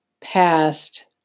past